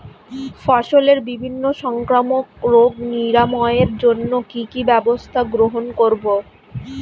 ফসলের বিভিন্ন সংক্রামক রোগ নিরাময়ের জন্য কি কি ব্যবস্থা গ্রহণ করব?